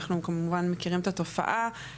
אנחנו כמובן מכירים את התופעה,